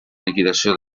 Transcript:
liquidació